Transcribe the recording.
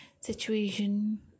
situation